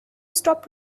stop